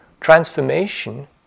transformation